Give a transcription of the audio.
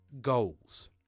goals